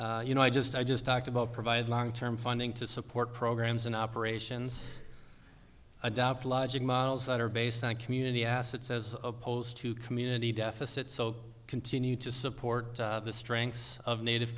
you know i just i just talked about provide long term funding to support programs in operations adopt lodging models that are based on community assets as opposed to community deficit so continue to support the strengths of native